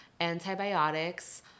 antibiotics